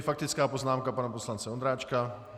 Faktická poznámka pana poslance Ondráčka.